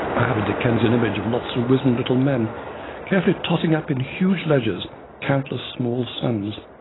i have a dickensian image of lots of wizened little men carefully totting up in huge ledgers countless small sums.